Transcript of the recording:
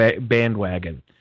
bandwagon